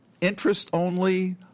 interest-only